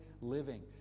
living